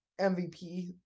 MVP